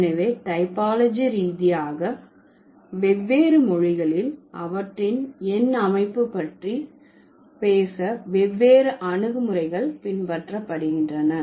எனவே டைபாலஜி ரீதியாக வெவ்வேறு மொழிகளில் அவற்றின் எண் அமைப்பு பற்றி பேச வெவ்வேறு அணுகுமுறைகள் பின்பற்றபடுகின்றன